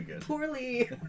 poorly